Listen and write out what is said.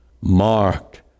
marked